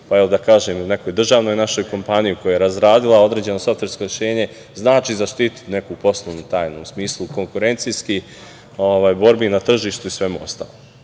pa da kažem i nekoj državnoj našoj kompaniji koja je razradila određeno softversko rešenje znači zaštiti neku poslovnu tajnu u smislu konkurencijskih borbi na tržištu u svemu ostalom?